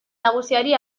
nagusiari